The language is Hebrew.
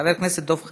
חבר הכנסת דב חנין,